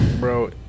bro